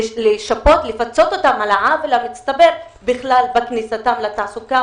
לפצות אותן על העוול המצטבר בכניסתן לתעסוקה